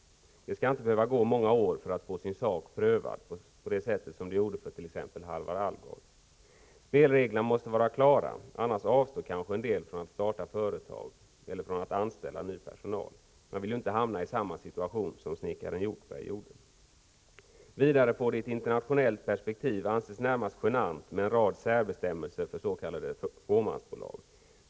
Det skall inte behöva gå många år för att få sin sak prövad, så som det gjorde för t.ex. Halvar Alvgard. Spelreglerna måste vara klara. Annars avstår kanske en del från att starta företag eller från att anställa ny personal. Man vill ju inte hamna i samma situation som snickaren Hjortberg. Vidare får det i ett internationellt perspektiv anses närmast genant med en rad särbestämmelser för s.k. fåmansbolag.